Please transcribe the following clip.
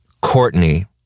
Courtney